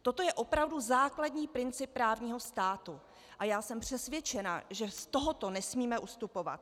Toto je opravdu základní princip právního státu a já jsem přesvědčena, že z tohoto nesmíme ustupovat.